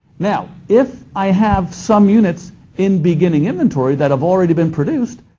now if i have some units in beginning inventory that have already been produced,